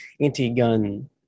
anti-gun